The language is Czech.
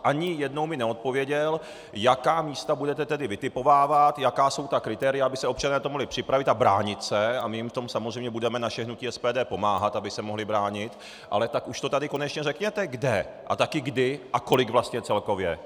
Ani jednou mi neodpověděl, jaká místa budete tedy vytipovávat, jaká jsou ta kritéria, aby se občané na to mohli připravit a bránit se, a my jim v tom samozřejmě budeme, naše hnutí SPD, pomáhat, aby se mohli bránit, ale tak už to tady konečně řekněte, kde a také kdy a kolik vlastně celkově.